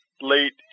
late